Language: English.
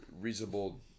reasonable